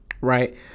right